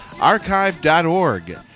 Archive.org